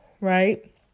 right